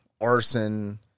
arson